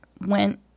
went